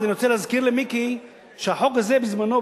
אני רוצה להזכיר למיקי שהחוק הזה בזמנו,